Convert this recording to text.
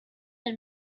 and